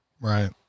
Right